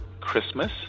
Christmas